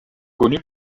connue